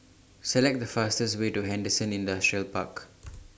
Select The fastest Way to Henderson Industrial Park